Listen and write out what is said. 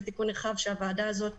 שזה תיקון נרחב שהוועדה הזאת